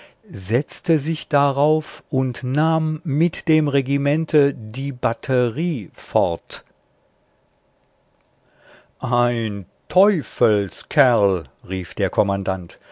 setzte sich darauf und nahm mit dem regimente die batterie fort ein teufelskerl rief der kommandant